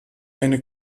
eine